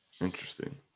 Interesting